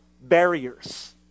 barriers